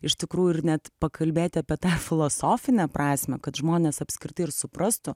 iš tikrųjų ir net pakalbėti apie tą filosofinę prasmę kad žmonės apskritai ir suprastų